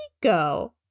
go